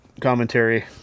commentary